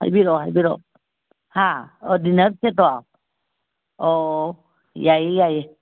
ꯍꯥꯏꯕꯤꯔꯛꯑꯣ ꯍꯥꯏꯕꯤꯔꯛꯑꯣ ꯍꯥ ꯗꯤꯅꯔ ꯁꯦꯠꯇꯣ ꯑꯣ ꯌꯥꯏꯌꯦ ꯌꯥꯏꯌꯦ